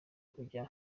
kujya